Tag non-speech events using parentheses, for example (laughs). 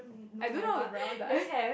I don't know how (laughs)